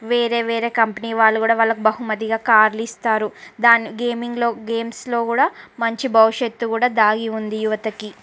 వేరే వేరే కంపెనీ వాళ్ళు కూడా వాళ్ళకు బహుమతిగా కార్లు ఇస్తారు దాని గేమింగ్లో గేమ్స్లో కూడా మంచి భవిష్యత్తు కూడా దాగి ఉంది యువతకి